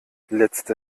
letzte